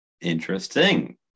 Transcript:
Interesting